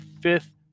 fifth